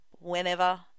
whenever